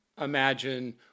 imagine